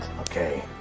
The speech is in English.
Okay